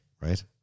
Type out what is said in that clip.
right